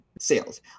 sales